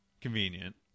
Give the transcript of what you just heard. convenient